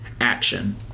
action